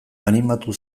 animatu